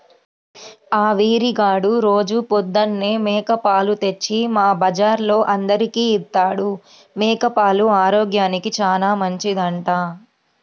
ఆ వీరిగాడు రోజూ పొద్దన్నే మేక పాలు తెచ్చి మా బజార్లో అందరికీ ఇత్తాడు, మేక పాలు ఆరోగ్యానికి చానా మంచిదంట